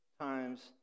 times